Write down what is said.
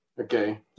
Okay